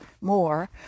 more